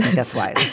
that's why